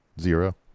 Zero